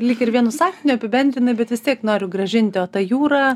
lyg ir vienu sakiniu apibendrinai bet vis tiek noriu grąžinti ta jūra